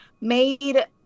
made